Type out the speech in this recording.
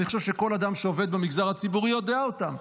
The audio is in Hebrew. אני חושב שכל אדם שעובד במגזר הציבורי יודע אותם.